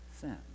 sin